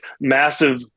massive